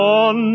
on